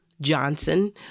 Johnson